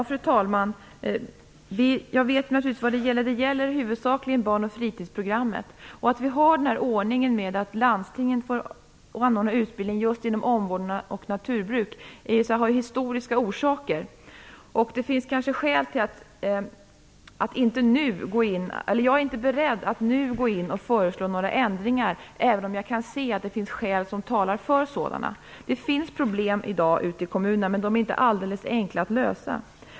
Fru talman! Jag vet naturligtvis vad det gäller, nämligen huvudsakligen barn och fritidsprogrammet. Att vi har den här ordningen med att landstingen får anordna utbildning just inom omvårdnad och naturbruk har historiska orsaker. Jag är inte beredd att nu gå in och föreslå några ändringar, även om jag kan se att det finns skäl som talar för sådana. Det finns problem i dag ute i kommunerna, men de är inte alldeles enkla att lösa.